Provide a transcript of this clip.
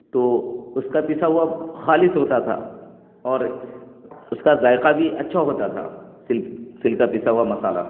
تو اس کا پسا ہوا خالص ہوتا تھا اور اس کا ذائقہ بھی اچھا ہوتا تھا سل سل کا پسا ہوا مسالہ